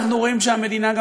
אנחנו רואים שהמדינה גם,